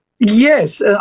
Yes